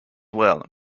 well